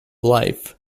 life